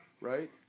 right